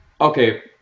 okay